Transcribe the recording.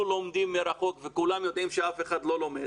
לומדים מרחוק וכולם יודעים שאף אחד לא לומד